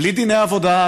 בלי דיני עבודה,